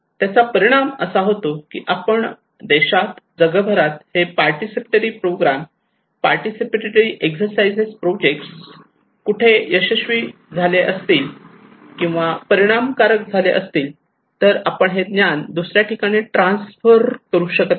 त्याचा परिणाम असा होतो की आपण देशात जगभरात हे participatory program participatory exercise project कुठे चांगले यशस्वी झाले असतील किंवा परिणामकारक झाले असतील तर आपण हे ज्ञान दुसऱ्या ठिकाणी ट्रान्सफर करू शकत नाही